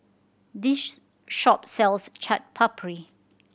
this shop sells Chaat Papri